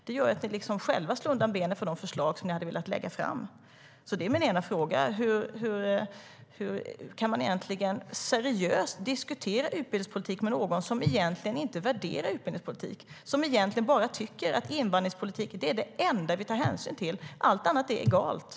Det gör att ni själva slår undan benen för de förslag ni hade velat lägga fram.